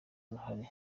uruhare